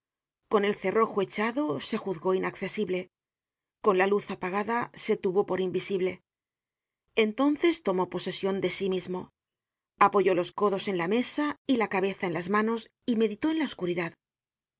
con el cerrojo fcchado se juzgó inaccesible con la luz apagada se tuvo por invisible entonces tomó posesion de sí mismo apoyó los codos en la mesa y la cabeza en las manos y meditó en la oscuridad